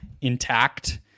intact